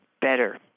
better